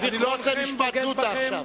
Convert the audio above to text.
אני לא עושה משפט זוטא עכשיו.